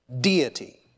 Deity